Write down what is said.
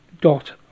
dot